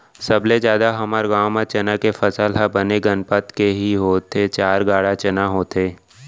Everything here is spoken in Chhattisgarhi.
सबले जादा हमर गांव म चना के फसल ह बने गनपत के ही होथे चार गाड़ा चना होथे